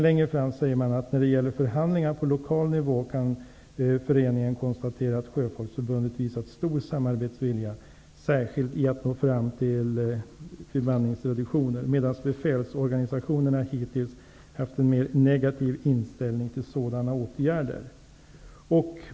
Längre fram i brevet står det: ''När det gäller förhandlingar på lokal nivå kan föreningen konstatera att Sjöfolksförbundet visat stor samarbetsvilja, särskilt i att nå fram till bemanningsreduktioner, medan befälsorganisationerna hittills haft en mera negativ inställning till sådana åtgärder.''